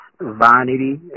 vanity